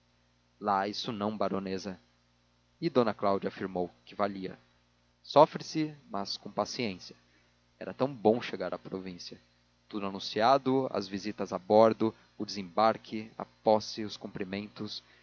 lá isso não baronesa e d cláudia afirmou que valia sofre se mas paciência era tão bom chegar à província tudo anunciado as visitas a bordo o desembarque a posse os cumprimentos